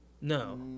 no